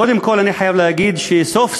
קודם כול, אני חייב להגיד שסוף-סוף